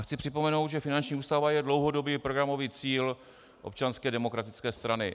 Chci připomenout, že finanční ústava je dlouhodobý programový cíl Občanské demokratické strany.